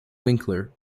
winkler